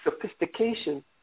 sophistication